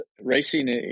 racing